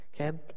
okay